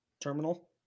terminal